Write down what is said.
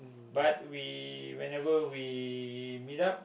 but we whenever we meet up